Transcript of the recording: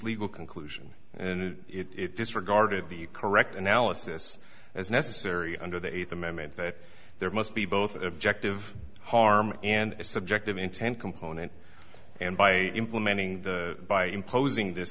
will conclusion and it disregarded the correct analysis as necessary under the eighth amendment that there must be both objective harm and a subjective intent component and by implementing the by imposing th